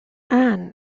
ann